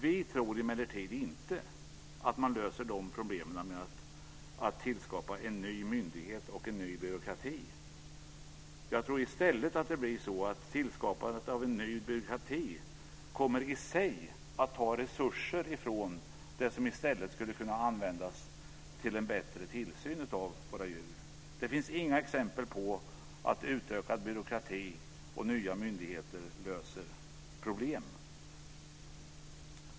Vi tror emellertid inte att man löser dessa problem genom att tillskapa en ny myndighet och en ny byråkrati. Jag tror i stället att det blir så att tillskapandet av en ny byråkrati i sig kommer att ta resurser från det som i stället skulle kunna användas till en bättre tillsyn av våra djur. Det finns inga exempel på att utökad byråkrati och nya myndigheter löser problem.